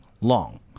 long